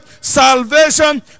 salvation